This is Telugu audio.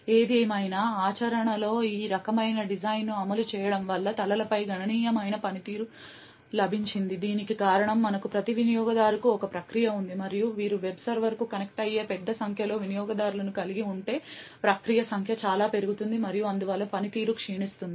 ఏదేమైనా ఆచరణలో ఈ రకమైన డిజైన్ను అమలు చేయడం వల్ల తలలపై గణనీయమైన పనితీరు లభించింది దీనికి కారణం మనకు ప్రతి వినియోగదారుకు ఒక ప్రక్రియ ఉంది మరియు మీరు వెబ్ సర్వర్కు కనెక్ట్ అయ్యే పెద్ద సంఖ్యలో వినియోగదారులను కలిగి ఉంటే ప్రక్రియ సంఖ్య చాలా పెరుగుతుంది మరియు అందువల్ల పనితీరు క్షీణిస్తుంది